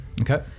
Okay